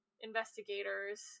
investigators